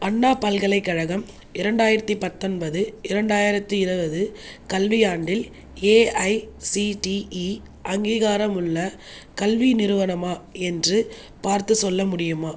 அண்ணா பல்கலைக்கழகம் இரண்டாயிரத்தி பத்தொன்பது இரண்டாயிரத்தி இருபது கல்வியாண்டில் ஏஐசிடிஇ அங்கீகாரமுள்ள கல்வி நிறுவனமா என்று பார்த்துச் சொல்ல முடியுமா